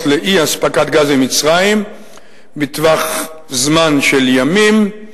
לאי-אספקת גז ממצרים בטווח זמן של ימים,